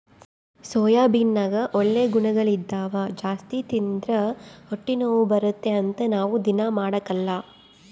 ಸೋಯಾಬೀನ್ನಗ ಒಳ್ಳೆ ಗುಣಗಳಿದ್ದವ ಜಾಸ್ತಿ ತಿಂದ್ರ ಹೊಟ್ಟೆನೋವು ಬರುತ್ತೆ ಅಂತ ನಾವು ದೀನಾ ಮಾಡಕಲ್ಲ